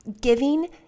giving